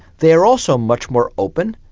they are also much more open,